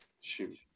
shoot